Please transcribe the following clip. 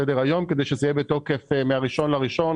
סדר היום כדי שזה יהיה בתוקף מה-1 בינואר.